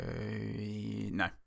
no